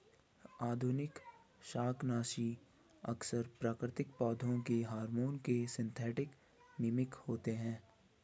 आधुनिक शाकनाशी अक्सर प्राकृतिक पौधों के हार्मोन के सिंथेटिक मिमिक होते हैं